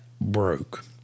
broke